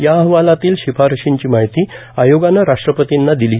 या अहवालातील शिफारशींची माहिती आयोगानं राष्ट्रपर्तींना दिली